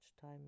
time